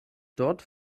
dort